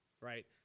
right